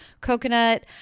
coconut